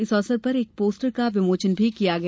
इस अवसर पर एक पोस्टर का विमोचन भी किया गया